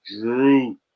Drew